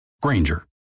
Granger